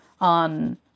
on